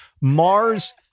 Mars